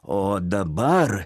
o dabar